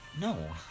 No